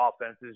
offenses